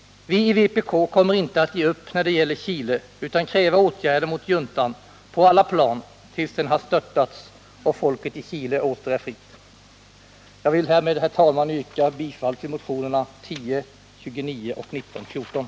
Viivpk kommer inte att ge upp när det gäller Chile utan kräva åtgärder mot juntan på alla plan tills den har störtats, och folket i Chile åter är fritt. Jag vill med detta, herr talman, yrka bifall till motionerna 1029 och 1914.